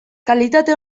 kalitate